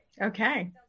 Okay